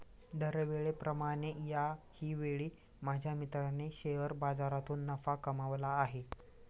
दरवेळेप्रमाणे याही वेळी माझ्या मित्राने शेअर बाजारातून नफा कमावला आहे